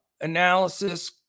analysis